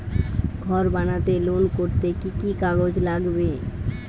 ঘর বানাতে লোন করতে কি কি কাগজ লাগবে?